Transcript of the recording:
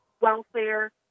welfare